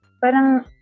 Parang